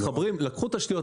לקחו תשתיות.